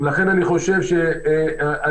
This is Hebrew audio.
לכן אני חושב שהזעקה,